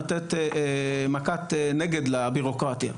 לתת מכת נגד לביורוקרטיה.